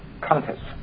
contest